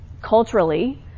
culturally